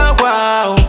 wow